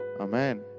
Amen